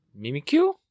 Mimikyu